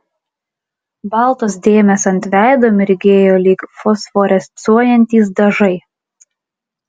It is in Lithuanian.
baltos dėmės ant veido mirgėjo lyg fosforescuojantys dažai